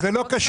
זה לא קשור.